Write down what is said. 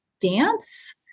dance